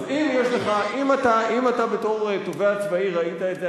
אז אם אתה בתור תובע צבאי ראית את זה,